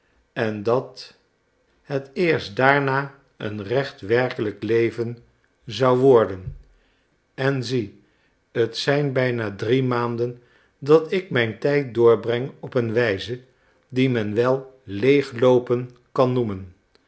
en dat het eerst daarna een recht werkelijk leven zou worden en zie het zijn bijna drie maanden dat ik mijn tijd doorbreng op een wijze die men wel leegloopen kan noemen